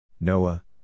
Noah